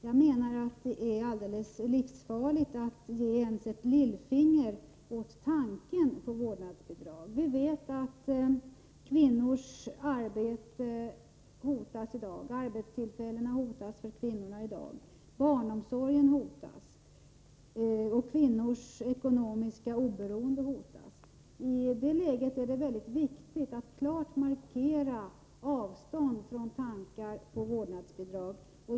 Jag menar att det är livsfarligt att ge ens ett lillfinger åt tanken på vårdnadsbidrag. Vi vet att kvinnors arbetstillfällen i dag är hotade. Även barnomsorgen och kvinnors ekonomiska oberoende är hotade. I det läget är det mycket viktigt att klart markera avstånd till tankar på vårdnadsbidrag.